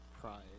pride